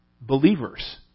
believers